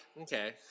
Okay